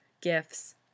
gifts